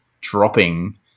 dropping